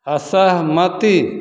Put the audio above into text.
असहमति